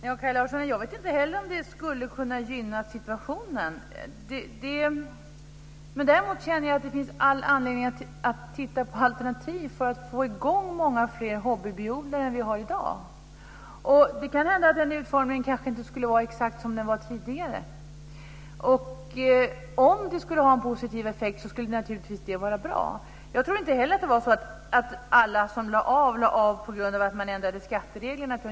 Fru talman! Kaj Larsson, jag vet inte heller om det skulle kunna gynna situationen. Men däremot känner jag att det finns all anledning att titta på alternativ för att få i gång många fler hobbybiodlare än vi har i dag. Det kan hända att utformningen inte skulle vara exakt som den var tidigare. Om det skulle vara en positiv effekt skulle det naturligtvis vara bra. Jag tror inte heller att alla som lade av gjorde det på grund av att man ändrade skattereglerna.